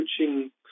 coaching